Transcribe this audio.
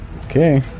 Okay